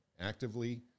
actively